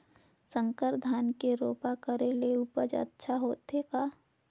संकर धान के रोपा करे ले उपज अच्छा होथे का?